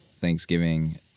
Thanksgiving